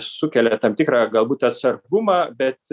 sukelia tam tikrą galbūt atsargumą bet